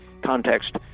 context